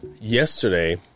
Yesterday